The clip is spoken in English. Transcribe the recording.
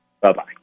Bye-bye